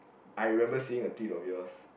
I remember seeing the teeth of yours